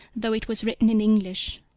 though it was written in english.